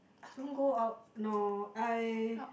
don't go out no I